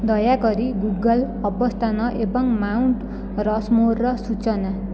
ଦୟାକରି ଗୁଗୁଲ୍ ଅବସ୍ଥାନ ଏବଂ ମାଉଣ୍ଟ ରଶମୋରର ସୂଚନା